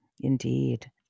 Indeed